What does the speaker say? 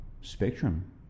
spectrum